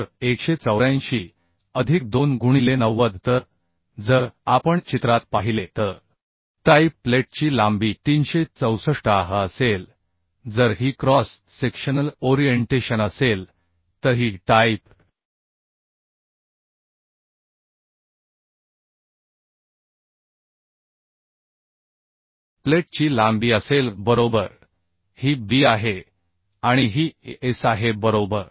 तर 184 अधिक 2 गुणिले 90 तर जर आपण चित्रात पाहिले तर टाइप प्लेटची लांबी 364 असेल जर ही क्रॉस सेक्शनल ओरिएंटेशन असेल तर ही टाइप प्लेटची लांबी असेल बरोबर ही बी आहे आणि ही एस आहे बरोबर